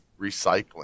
recycling